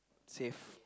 save